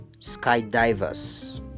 skydivers